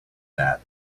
that